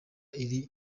iri